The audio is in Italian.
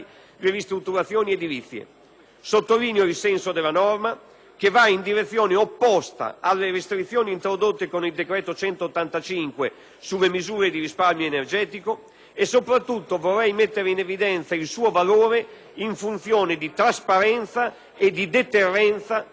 Sottolineo il senso della norma, che va in direzione opposta alle restrizioni introdotte con il decreto n. 185 sulle misure di risparmio energetico. Soprattutto, vorrei mettere in evidenza il suo valore in funzione di trasparenza e di deterrenza verso i rischi di opacità, che in un settore